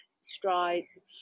strides